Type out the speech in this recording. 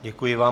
Děkuji vám.